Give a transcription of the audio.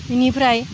बेनिफ्राय